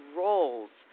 roles